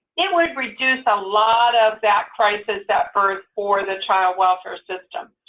it would reduce a lot of that crisis at birth for the child welfare system.